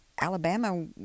Alabama